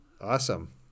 Awesome